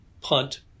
punt